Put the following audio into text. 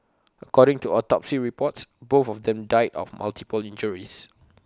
according to autopsy reports both of them died of multiple injuries